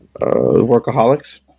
Workaholics